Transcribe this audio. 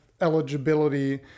eligibility